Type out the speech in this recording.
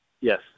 Yes